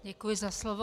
Děkuji za slovo.